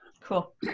Cool